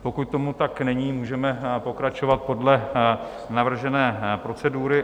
Pokud tomu tak není, můžeme pokračovat podle navržené procedury.